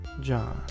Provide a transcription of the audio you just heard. John